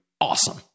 awesome